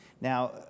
Now